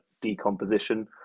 decomposition